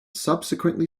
subsequently